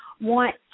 want